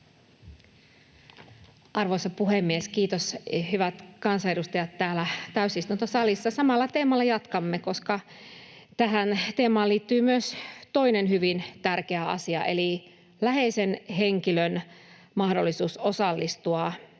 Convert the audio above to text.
Arvoisa puhemies! Kiitos, hyvät kansanedustajat täällä täysistuntosalissa! Samalla teemalla jatkamme, koska tähän teemaan liittyy myös toinen hyvin tärkeä asia eli läheisen henkilön mahdollisuus osallistua